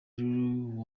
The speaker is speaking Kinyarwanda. lulu